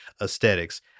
aesthetics